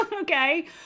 okay